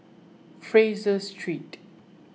Fraser Street